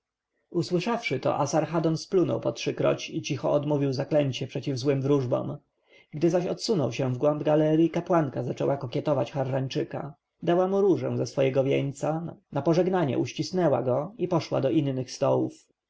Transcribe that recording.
usłyszawszy to asarhadon splunął po trzykroć i cicho odmówił zaklęcie przeciw złym wróżbom gdy zaś odsunął się w głąb galerji kapłanka zaczęła kokietować harrańczyka dała mu różę ze swego wieńca na pożegnanie uścisnęła go i poszła do innych stołów